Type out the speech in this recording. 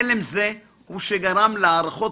הלם זה הוא שגרם להערכות